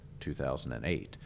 2008